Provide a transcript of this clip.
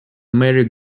merry